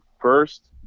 first